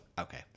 Okay